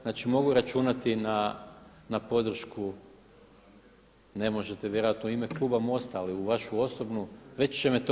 Znači mogu računati na podršku, ne možete vjerojatno u ime kluba MOST-a, ali u vašu osobnu, već će me to